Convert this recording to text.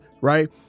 Right